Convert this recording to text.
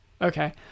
Okay